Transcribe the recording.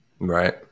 right